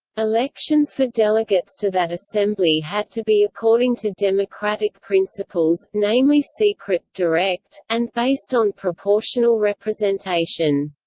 elections for delegates to that assembly had to be according to democratic principles, namely secret, direct, and based on proportional representation.